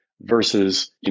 versus